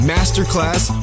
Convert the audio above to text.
Masterclass